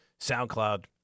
SoundCloud